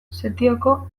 setioko